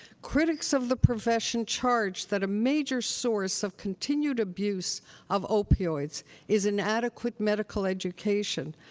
critics of the profession charge that a major source of continued abuse of opioids is inadequate medical education.